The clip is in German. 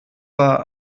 war